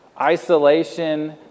isolation